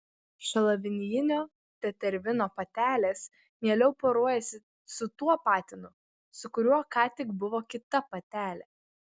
šalavijinio tetervino patelės mieliau poruojasi su tuo patinu su kuriuo ką tik buvo kita patelė